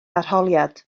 arholiad